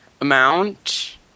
amount